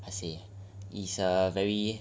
how to say its a a very